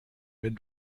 wenn